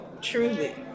truly